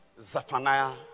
Zephaniah